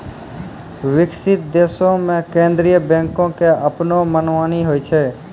विकसित देशो मे केन्द्रीय बैंको के अपनो मनमानी होय छै